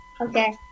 Okay